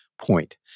point